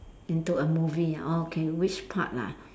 into a movie okay which part lah